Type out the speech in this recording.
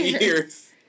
Years